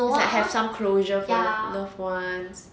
I have some closure with my loved ones